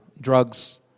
drugs